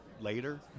later